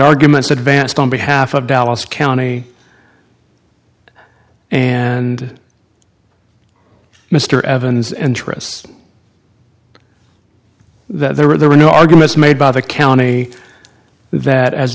arguments advanced on behalf of dallas county and mr evans and trusts that there were there were no arguments made by the county that as